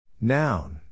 Noun